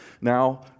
Now